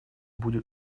будет